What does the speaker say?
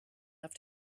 have